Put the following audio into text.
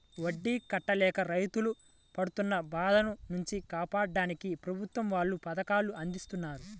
వడ్డీ కట్టలేక రైతులు పడుతున్న బాధల నుంచి కాపాడ్డానికి ప్రభుత్వం వాళ్ళు పథకాలను అందిత్తన్నారు